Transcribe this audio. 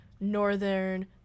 northern